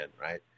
right